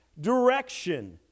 direction